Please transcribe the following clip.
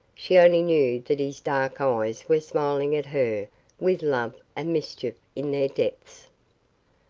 she only knew that his dark eyes were smiling at her with love and mischief in their depths.